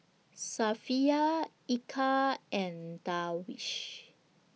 Safiya Eka and Darwish